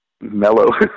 mellow